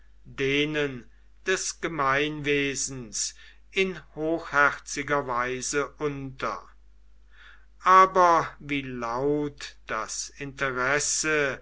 denen des gemeinwesens in hochherziger weise unter aber wie laut das interesse